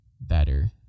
better